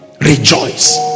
Rejoice